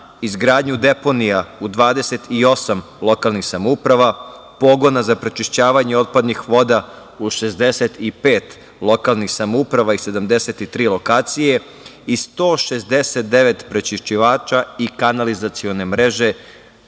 izgradnju deponija u 28 lokalnih samouprava, pogona za prečišćavanje otpadnih voda u 65 lokalnih samouprava i 73 lokacije i 169 prečišćivača i kanalizacione mreže